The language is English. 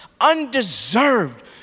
undeserved